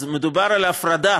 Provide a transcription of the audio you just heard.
אז מדובר על ההפרדה